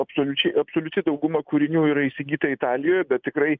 absoliučiai absoliuti dauguma kūrinių yra įsigyta italijoje bet tikrai